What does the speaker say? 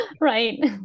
right